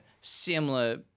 similar